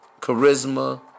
charisma